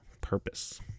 purpose